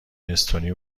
استونی